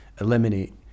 Eliminate